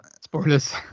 Spoilers